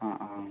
ആ ആ